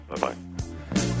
Bye-bye